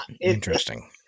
Interesting